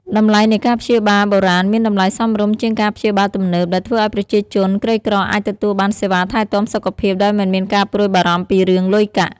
តម្លៃនៃការព្យាបាលបុរាណមានតម្លៃសមរម្យជាងការព្យាបាលទំនើប ដែលធ្វើឱ្យប្រជាជនក្រីក្រអាចទទួលបានសេវាថែទាំសុខភាពដោយមិនមានការព្រួយបារម្ភពីរឿងលុយកាក់។